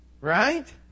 Right